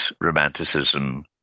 Romanticism